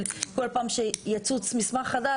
כל פעם שיצוץ מסמך חדש,